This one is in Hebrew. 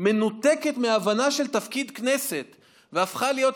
מנותקת מההבנה של תפקיד הכנסת והפכה להיות,